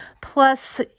Plus